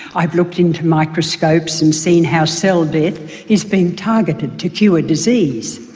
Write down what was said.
i've looked into microscopes and seen how cell death is being targeted to cure disease.